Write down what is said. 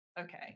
Okay